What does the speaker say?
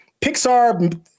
Pixar